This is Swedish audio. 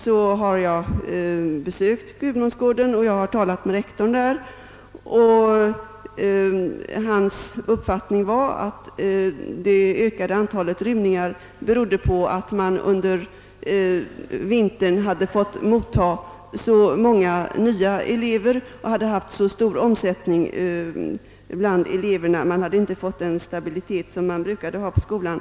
Jag har besökt den och talat med rektorn där. Hans uppfattning var att det ökade antalet rymningar berodde på att man under vintern fått motta så många nya elever. Man hade haft stor omsättning bland eleverna och därigenom inte fått den stabilitet man brukade ha på skolan.